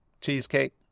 cheesecake